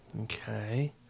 Okay